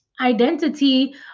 identity